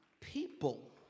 people